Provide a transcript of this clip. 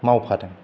मावफादों